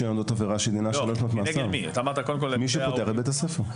כנגד מי שמפעיל את בית הספר.